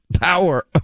power